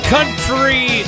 Country